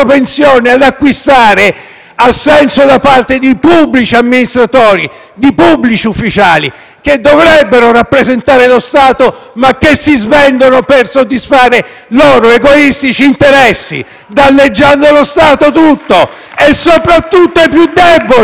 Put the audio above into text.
assenso da parte di pubblici amministratori, di pubblici ufficiali che dovrebbero rappresentare lo Stato ma che si svendono per soddisfare loro egoistici interessi, danneggiando lo Stato tutto e soprattutto i più deboli! *(Applausi